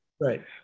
Right